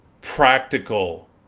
Practical